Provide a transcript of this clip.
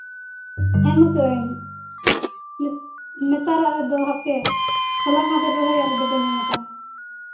ᱮᱢ ᱠᱟᱜ ᱟᱹᱧ ᱱᱮᱛᱟᱨᱟᱜ ᱨᱮᱫᱚ ᱦᱟᱯᱮ ᱦᱚᱞᱟ ᱢᱟᱦᱫᱮᱨ ᱨᱚᱦᱚᱭᱟᱜ ᱨᱮᱫᱚ ᱵᱟᱹᱧ ᱮᱢ ᱠᱟᱜᱼᱟ